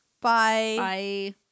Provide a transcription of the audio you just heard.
Bye